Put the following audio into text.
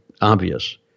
obvious